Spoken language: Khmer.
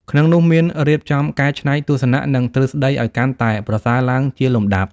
ក្នុងនោះមានរៀបចំកែច្នៃទស្សនៈ និងទ្រឹស្ដីឱ្យកាន់តែប្រសើរឡើងជាលំដាប់។